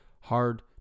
hard